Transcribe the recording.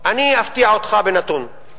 אני אפתיע אותך בנתון.